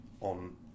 on